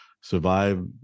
survive